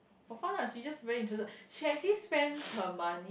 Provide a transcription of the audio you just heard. for fun lah she just very interested she actually spends her money